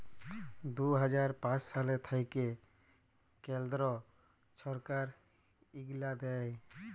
দু হাজার পাঁচ সাল থ্যাইকে কেলদ্র ছরকার ইগলা দেয়